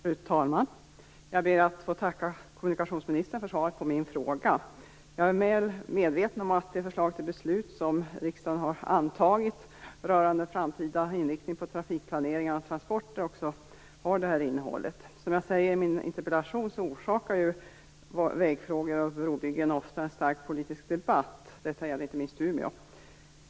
Fru talman! Jag ber att få tacka kommunikationsministern för svaret på min fråga. Jag är väl medveten om att det förslag till beslut som riksdagen har antagit rörande framtida inriktning på trafikplanering av transporter också har det här innehållet. Som jag säger i min interpellation orsakar vägfrågor och brobyggen ofta en stark politisk debatt. Detta gäller inte minst Umeå.